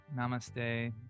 Namaste